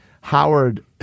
Howard